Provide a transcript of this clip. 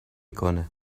کنه